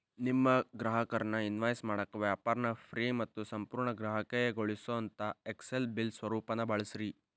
ನಿಮ್ಮ ಗ್ರಾಹಕರ್ನ ಇನ್ವಾಯ್ಸ್ ಮಾಡಾಕ ವ್ಯಾಪಾರ್ನ ಫ್ರೇ ಮತ್ತು ಸಂಪೂರ್ಣ ಗ್ರಾಹಕೇಯಗೊಳಿಸೊಅಂತಾ ಎಕ್ಸೆಲ್ ಬಿಲ್ ಸ್ವರೂಪಾನ ಬಳಸ್ರಿ